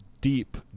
deep